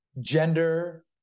gender